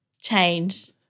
change